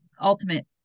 ultimate